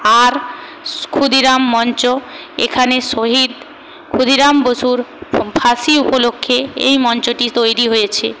আর ক্ষুদিরাম মঞ্চ এখানে শহীদ ক্ষুদিরাম বসুর ফাঁসি উপলক্ষ্যে এই মঞ্চটি তৈরি হয়েছে